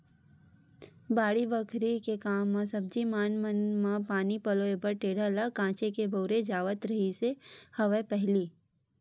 बाड़ी बखरी के काम म सब्जी पान मन म पानी पलोय बर टेंड़ा ल काहेच के बउरे जावत रिहिस हवय पहिली